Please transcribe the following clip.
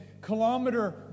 kilometer